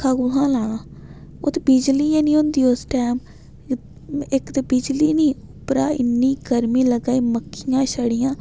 पक्खा कु'त्थूं लाना उत्त बिजली गै नेईं होंदी उस टैम इक ते बिजली निं उप्परा इन्नी गर्मी लग्गै दी मक्खियां छड़ियां